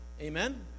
Amen